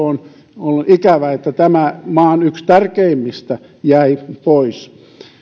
on ikävää että tämä maan yksi tärkeimmistä jäi pois